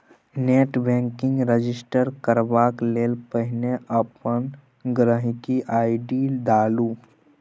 net banking register करबाक लेल पहिने अपन गांहिकी आइ.डी डालु